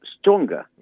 stronger